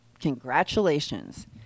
congratulations